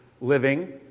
living